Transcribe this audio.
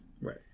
Right